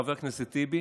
חבר הכנסת טיבי,